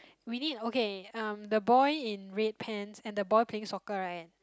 we need okay um the boy in red pants and the boy playing soccer right